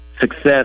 success